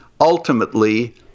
ultimately